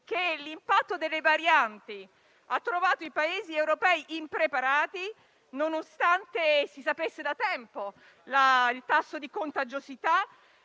che l'impatto delle varianti ha trovato i Paesi europei impreparati, nonostante si conoscesse da tempo il tasso di contagiosità.